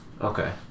Okay